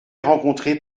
rencontré